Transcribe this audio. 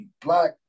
black